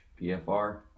PFR